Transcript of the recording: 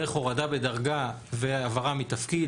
דרך הורדה בדרגה והעברה מתפקיד,